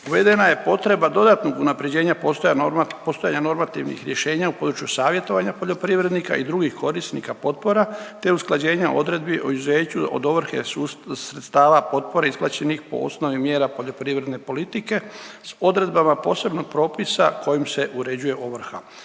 Uvedena je potreba dodatnog unaprjeđenja postojanja normativnih rješenja u području savjetovanja poljoprivrednika i drugih korisnika potpora te usklađenja odredbi o izuzeću od ovrhe sredstava potpore isplaćenih po osnovi mjera poljoprivredne politike s odredbama posebnog propisa kojim se uređuje ovrha.